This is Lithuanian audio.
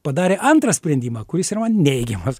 padarė antrą sprendimą kuris yra man neigiamas